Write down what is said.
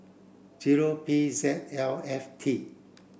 zero P Z L F T